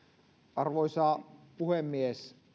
arvoisa puhemies